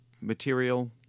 material